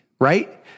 right